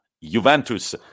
Juventus